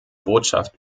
botschaft